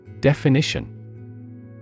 Definition